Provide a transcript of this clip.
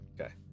Okay